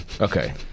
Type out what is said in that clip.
Okay